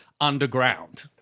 underground